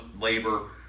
labor